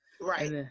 right